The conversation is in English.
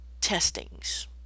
testings